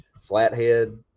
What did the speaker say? flathead